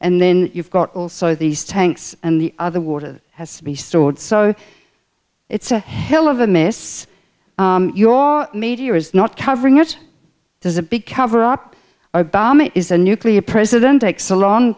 and then you've got also these tanks and the other water has to be stored so it's a hell of a miss your media is not covering it there's a big cover up obama is a nuclear president takes a long